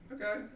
Okay